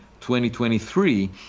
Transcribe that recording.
2023